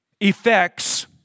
effects